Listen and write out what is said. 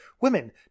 women